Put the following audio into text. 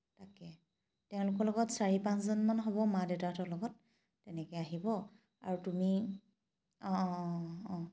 তাকে তেওঁলোকৰ লগত চাৰি পাঁচজনমান হ'ব মা দেউতাহঁতৰ লগত তেনেকৈ আহিব আৰু তুমি